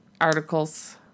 articles